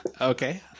Okay